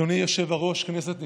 אדוני היושב-ראש, כנסת נכבדה,